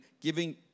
giving